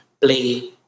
play